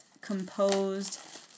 composed